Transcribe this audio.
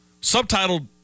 Subtitled